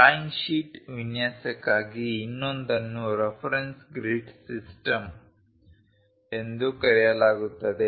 drawing sheet ವಿನ್ಯಾಸಕ್ಕಾಗಿ ಇನ್ನೊಂದನ್ನು reference grid system ಎಂದು ಕರೆಯಲಾಗುತ್ತದೆ